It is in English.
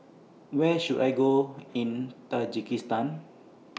Where should I Go in Tajikistan